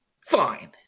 Fine